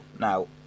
Now